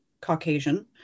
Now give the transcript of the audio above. Caucasian